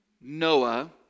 Noah